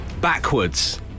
Backwards